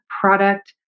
product